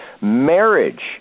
marriage